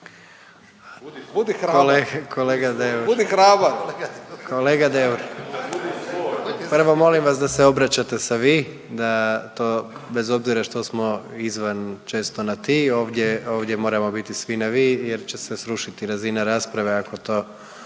Kolega, kolega Deur. Prvo molim vas da se obraćate sa vi, da to bez obzira što smo izvan često na ti, ovdje, ovdje moramo biti svi na vi jer će se srušiti razina rasprave ako to